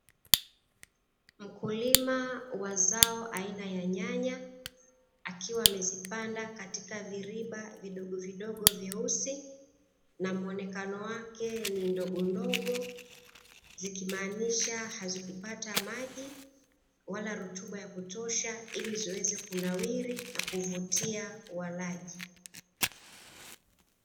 Mkulima wa zao aina ya nyanya akiwa amezipanda katika viriba vidogovidogo vyeusi na muonekano wake ni ndogondogo, zikimaanisha hazikupata maji wala rutuba ya kutosha ili ziweze kunawiri na kuvutia walaji.